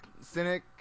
cynic